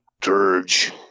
dirge